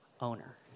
owner